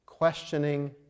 questioning